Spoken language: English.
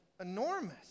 enormous